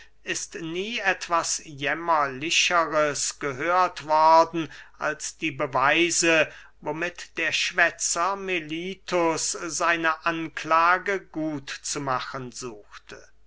ist nie etwas jämmerlicheres gehört worden als die beweise womit der schwätzer melitus seine anklage gut zu machen suchte